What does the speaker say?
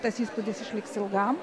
tas įspūdis išliks ilgam